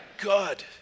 Good